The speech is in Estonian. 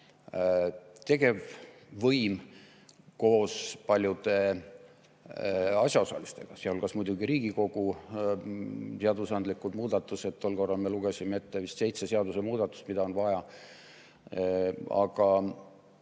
tegevvõim koos paljude asjaosalistega, sealhulgas muidugi Riigikogu seadusandlikud muudatused. Tol korral me lugesime ette vist seitse seaduse muudatust, mida on vaja